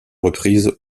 reprises